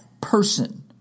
person